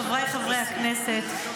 חבריי חברי הכנסת,